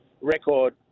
record